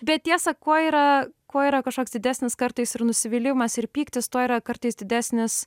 bet tiesa kuo yra kuo yra kažkoks didesnis kartais ir nusivylimas ir pyktis tuo yra kartais didesnis